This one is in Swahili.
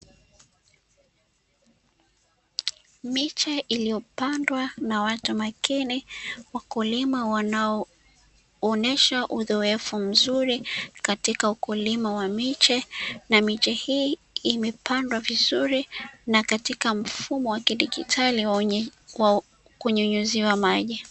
Miche iliyopandwa na watu makini wakulima wanaoonyesha uzoefu mzuri katika ukulima wa miche, na miche hii imepandwa vizuri na katika mfumo wa kidijitali wa kunyunyuziwa maji.